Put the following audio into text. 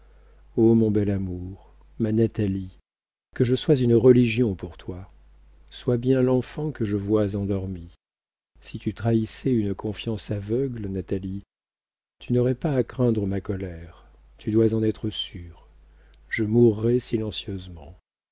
o mon bel amour ma natalie que je sois une religion pour toi sois bien l'enfant que je vois endormie si tu trahissais une confiance aveugle natalie tu n'aurais pas à craindre ma colère tu dois en être sûre je mourrais silencieusement